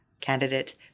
candidate